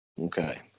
Okay